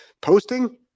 Posting